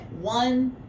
one